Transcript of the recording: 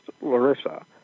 Larissa